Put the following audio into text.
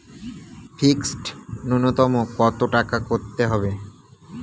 Fixed নুন্যতম কত টাকা করতে হবে?